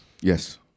Yes